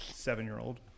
seven-year-old